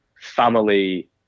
family